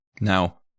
Now